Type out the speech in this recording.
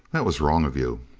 that was wrong of you.